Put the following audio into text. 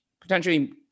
potentially